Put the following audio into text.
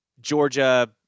Georgia